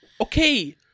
okay